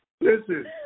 Listen